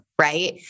right